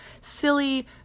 silly